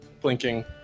blinking